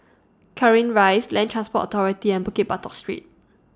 Cairnhill Rise Land Transport Authority and Bukit Batok Street